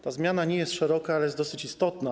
Ta zmiana nie jest szeroka, ale jest dosyć istotna.